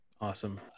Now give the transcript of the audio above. Awesome